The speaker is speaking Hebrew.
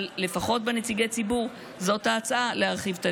אבל לפחות בנציגי הציבור זאת ההצעה, להרחיב.